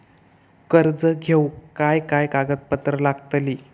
कर्ज घेऊक काय काय कागदपत्र लागतली?